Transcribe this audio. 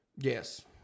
Yes